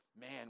Man